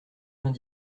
vingt